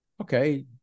Okay